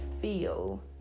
feel